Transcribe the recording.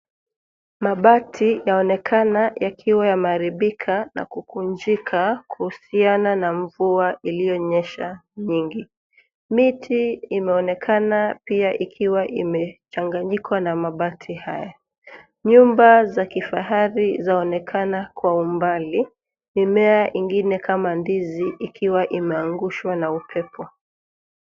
Mabati yaonekana yakiwa yameharibika na kukunjika kuhusiana na mvua iliyonyesha nyingi. Miti inaonekana pia ikiwa imechanganyikwa na mabati haya. Nyumba za kifahari zaonekana kwa umbali . Mimea ingine kama ndizi ikiwa imeangushwa na upepo.